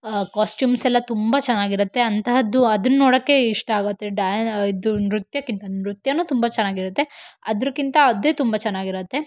costumes ಎಲ್ಲ ತುಂಬ ಚೆನ್ನಾಗಿರತ್ತೆ ಅಂತಹದ್ದು ಅದನ್ನು ನೋಡೋಕ್ಕೇ ಇಷ್ಟ ಆಗುತ್ತೆ ಡ್ಯಾ ಇದು ನೃತ್ಯಕ್ಕಿಂತ ನೃತ್ಯನೂ ತುಂಬ ಚೆನ್ನಾಗಿರತ್ತೆ ಅದಕ್ಕಿಂತ ಅದೇ ತುಂಬ ಚೆನ್ನಾಗಿರತ್ತೆ